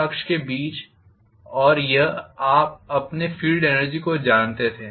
अक्ष के बीच और यह आप अपने फील्ड एनर्जी को जानते थे